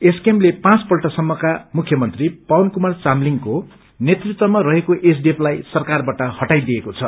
एसकेएमले पाँचपल्टसम्मका मुख्यमन्त्री पवन कुमार चामलिङको नेतृत्वमा रहेको एसडीफलाई सरकारबाट हटाइदिएको छ